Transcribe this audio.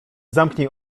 zamknij